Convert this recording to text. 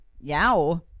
Yow